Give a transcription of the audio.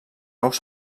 naus